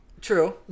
True